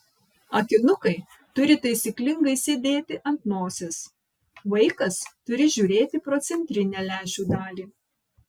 akinukai turi taisyklingai sėdėti ant nosies vaikas turi žiūrėti pro centrinę lęšių dalį